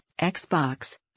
Xbox